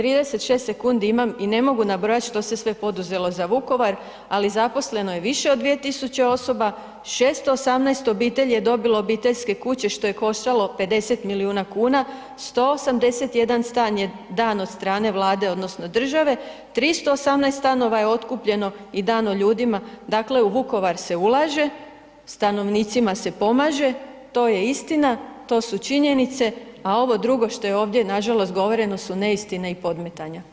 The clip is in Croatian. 36 sekundi imam i ne mogu nabrojat što se sve poduzelo za Vukovar ali zaposleno je više od 2000 osoba, 618 obitelji je dobilo obiteljske kuće što je koštalo 50 milijuna kuna, 181 stan jedan od strane Vlade odnosno države, 318 stanova je otkupljeno i dano ljudima, dakle u Vukovar se ulaže, stanovnicima se pomaže, to je istina, to su činjenice a ovo drugo što je ovdje Nažalost govoreno su neistine i podmetanja.